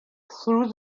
through